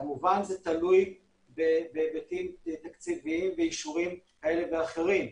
כמובן זה תלוי בהיבטים תקציביים ובאישורים כאלה ואחרים,